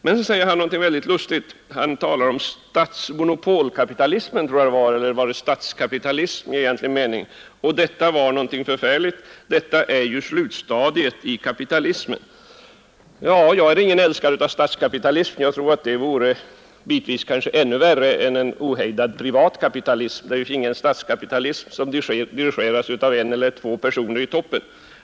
Men så säger han någonting mycket lustigt — han talar om statskapitalismen som det förfärliga slutmålet för kapitalismen. Jag är ingen älskare av statskapitalism — jag tror att det bitvis vore värre än en ohejdad privatkapitalism om vi finge en statskapitalism som dirigerades av en eller två personer i toppen.